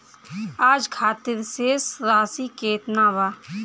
आज खातिर शेष राशि केतना बा?